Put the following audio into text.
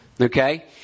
Okay